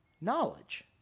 knowledge